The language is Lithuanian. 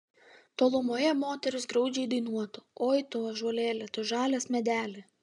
tolumoje moteris graudžiai dainuotų oi tu ąžuolėli tu žalias medeli